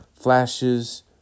flashes